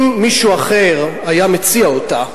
אם מישהו אחר היה מציע אותה,